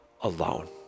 alone